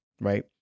Right